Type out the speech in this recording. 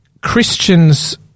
Christians